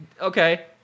Okay